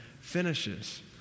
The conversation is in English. finishes